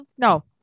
No